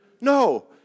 No